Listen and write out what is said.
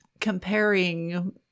comparing